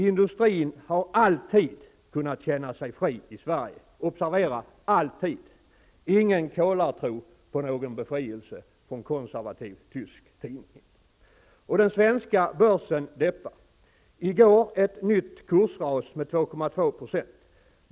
Industrin har alltid kunnat känna sig fri.'' Observera alltid! Ingen kolartro på någon befrielse här inte hos en konservativ tysk tidning. Och den svenska börsen deppar. I går var det ett nytt kursras på 2,2 %.